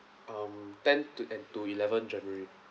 um tenth to and to eleventh january